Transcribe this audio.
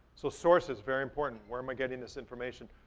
so source is very important. where am i getting this information?